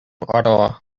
ottawa